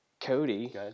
Cody